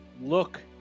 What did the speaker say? look